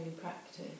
practice